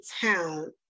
town